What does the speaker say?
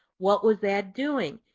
what was that doing?